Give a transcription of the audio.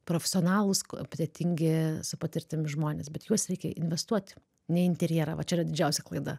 profesionalūs kompetentingi su patirtim žmonės bet į juos reikia investuoti ne interjerą va čia yra didžiausia klaida